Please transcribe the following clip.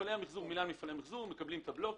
מפעלי המחזור מקבלים את הבלוקים,